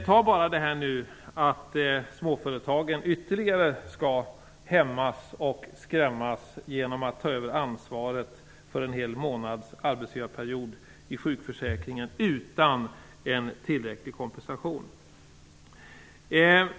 Småföretagen skall t.ex. ytterligare hämmas och skrämmas genom att ta över ansvaret för en hel månad när det gäller sjukförsäkringen utan en tillräcklig kompensation.